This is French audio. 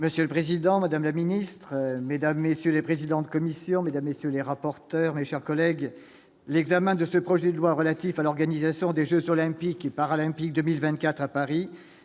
Monsieur le Président, Madame la Ministre Mesdames, messieurs les présidents de Commissions mesdames messieurs les rapporteurs, mes chers collègues, l'examen de ce projet de loi relatif à l'organisation des Jeux olympiques et paralympiques 2000 24 à Paris